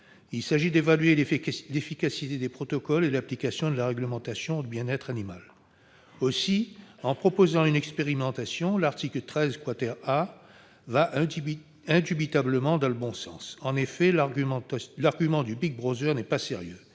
Il s'agit d'évaluer l'efficacité des protocoles et l'application de la réglementation du bien-être animal. Aussi, en proposant une expérimentation, l'article 13 A va indubitablement dans le bon sens. L'argument du Big Brother n'est pas sérieux.